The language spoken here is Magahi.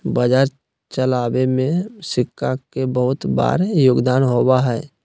बाजार चलावे में सिक्का के बहुत बार योगदान होबा हई